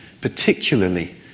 particularly